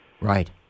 Right